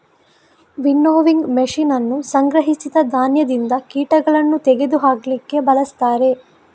winnowing machine ಅನ್ನು ಸಂಗ್ರಹಿಸಿದ ಧಾನ್ಯದಿಂದ ಕೀಟಗಳನ್ನು ತೆಗೆದು ಹಾಕ್ಲಿಕ್ಕೆ ಬಳಸ್ತಾರೆ